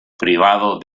privado